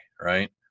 right